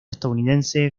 estadounidense